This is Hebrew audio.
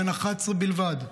בן 11 בלבד,